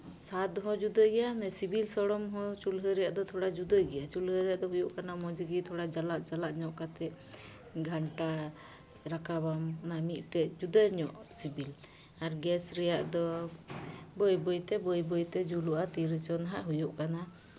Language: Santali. ᱥᱟᱫ ᱦᱚᱸ ᱡᱩᱫᱟᱹ ᱜᱮᱭᱟ ᱢᱟᱱᱮ ᱥᱤᱵᱤᱞ ᱥᱚᱲᱚᱢ ᱦᱚᱸ ᱪᱩᱞᱦᱟᱹ ᱨᱮᱭᱟᱜ ᱫᱚ ᱛᱷᱚᱲᱟ ᱡᱩᱫᱟᱹ ᱜᱮᱭᱟ ᱪᱩᱞᱦᱟᱹ ᱨᱮᱭᱟᱜᱫᱚ ᱦᱩᱭᱩᱜ ᱠᱟᱱᱟ ᱢᱚᱡᱽ ᱜᱮ ᱛᱷᱚᱲᱟ ᱡᱟᱞᱟᱫᱼᱡᱟᱞᱟᱫ ᱧᱚᱜ ᱠᱟᱛᱮᱫ ᱜᱷᱟᱱᱴᱟ ᱨᱟᱠᱟᱵᱟᱢ ᱚᱱᱟ ᱢᱤᱫᱴᱮᱱ ᱡᱩᱫᱟᱹ ᱧᱚᱜ ᱥᱤᱵᱤᱞ ᱟᱨ ᱜᱮᱥ ᱨᱮᱭᱟᱜ ᱫᱚ ᱵᱟᱹᱭᱼᱵᱟᱹᱭ ᱛᱮ ᱵᱟᱹᱭᱼᱵᱟᱹᱭ ᱛᱮ ᱡᱩᱞᱩᱜᱼᱟ ᱛᱤᱨᱮᱪᱚᱝ ᱦᱟᱸᱜ ᱦᱩᱭᱩᱜ ᱠᱟᱱᱟ